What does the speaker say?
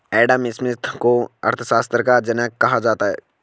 Adam Smith को अर्थशास्त्र का जनक कहा जाता है